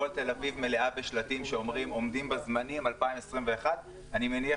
כל תל-אביב מלאה בשלטים שאומרים שאתם עומדים בזמנים 2021. אני מניח